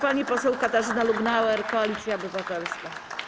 Pani poseł Katarzyna Lubnauer, Koalicja Obywatelska.